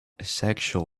asexual